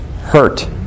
hurt